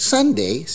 Sunday